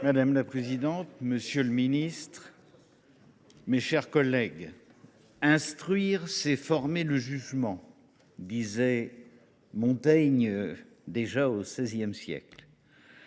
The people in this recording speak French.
Madame la présidente, monsieur le ministre, mes chers collègues, « Instruire, c’est former le jugement » disait déjà Montaigne au XVI siècle.